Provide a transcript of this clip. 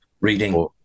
reading